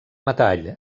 metall